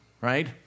right